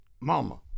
Mama